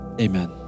Amen